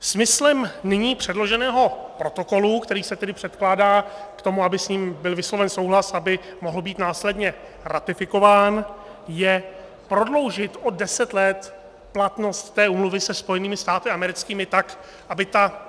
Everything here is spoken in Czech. Smyslem nyní předloženého protokolu, který se předkládá k tomu, aby s ním byl vysloven souhlas, aby mohl být následně ratifikován, je prodloužit o 10 let platnost té úmluvy se Spojenými státy americkými, tak aby ta